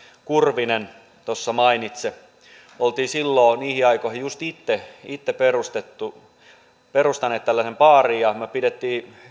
kurvinen tuossa mainitsi olimme silloin niihin aikoihin just itse itse perustaneet tällaisen baarin ja pidimme